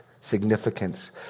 significance